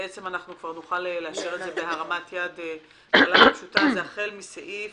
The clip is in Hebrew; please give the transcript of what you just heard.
כבר נוכל לאשר את זה בהרמת יד פשוטה זה החל מסעיף